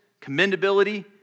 commendability